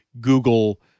Google